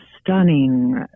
stunning